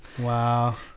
Wow